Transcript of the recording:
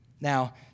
Now